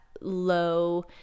low